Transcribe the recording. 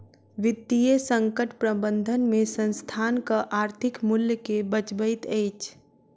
वित्तीय संकट प्रबंधन में संस्थानक आर्थिक मूल्य के बचबैत अछि